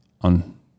on